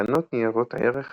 תקנות ניירות ערך